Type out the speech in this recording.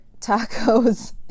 tacos